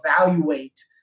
evaluate